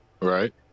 Right